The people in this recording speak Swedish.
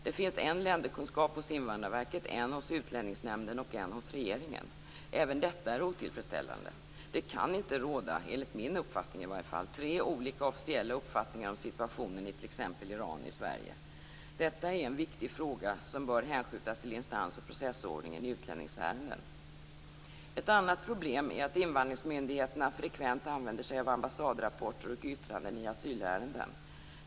Det finns en länderkunskap hos Invandrarverket, en hos Utlänningsnämnden och en hos regeringen. Även detta är otillfredsställande. Det kan inte, i varje fall enligt min mening, råda tre olika officiella uppfattningar i Sverige om situationen i t.ex. Iran. Detta är en viktig fråga som bör hänskjutas till instans och processordningen i utlänningsärenden. Ett annat problem är att invandringsmyndigheterna frekvent använder sig av ambassadrapporter och yttranden i asylärenden.